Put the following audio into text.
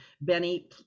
Benny